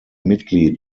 mitglied